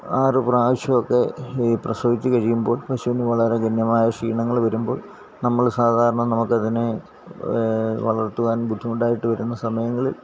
ആറ് പ്രാവശ്യം ഒക്കെ ഈ പ്രസവിച്ച് കഴിയുമ്പോൾ പശുവിന് വളരെ ഗണ്യമായ ക്ഷീണങ്ങള് വരുമ്പോൾ നമ്മള് സാധാരണ നമുക്കതിനെ വളർത്തുവാൻ ബുദ്ധിമുട്ടായിട്ട് വരുന്ന സമയങ്ങളിൽ